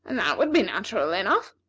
and that would be natural enough.